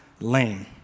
lame